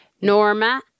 Norma